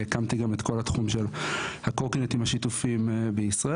הקמתי גם את כל התחום של הקורקינטים השיתופיים בישראל,